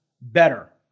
better